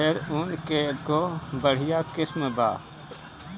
मोहेर ऊन के एगो बढ़िया किस्म बा